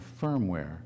firmware